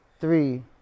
three